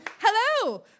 Hello